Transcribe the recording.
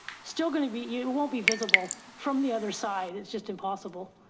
still going to be you, it won't be visible from the other side. it's just impossible.